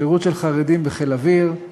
שירות של חרדים בחיל האוויר,